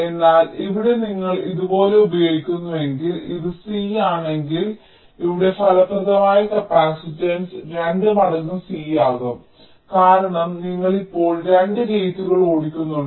എന്നാൽ ഇവിടെ നിങ്ങൾ ഇത് പോലെ ഉപയോഗിക്കുന്നുവെങ്കിൽ ഇത് C ആണെങ്കിൽ ഇവിടെ ഫലപ്രദമായ കപ്പാസിറ്റൻസ് രണ്ട് മടങ്ങ് C ആകും കാരണം നിങ്ങൾ ഇപ്പോൾ 2 ഗേറ്റുകൾ ഓടിക്കുന്നുണ്ടോ